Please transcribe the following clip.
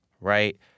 right